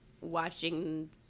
watching